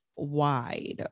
wide